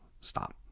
stop